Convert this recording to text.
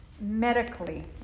medically